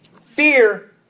Fear